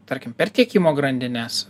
tarkim per tiekimo grandines